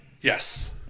Yes